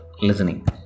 listening